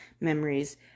memories